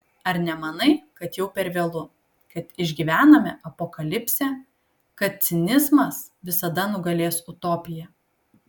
ar nemanai kad jau per vėlu kad išgyvename apokalipsę kad cinizmas visada nugalės utopiją